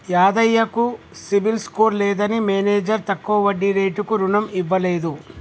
యాదయ్య కు CIBIL score లేదని manager తక్కువ వడ్డీ రేటుకు రుణం ఇవ్వలేదు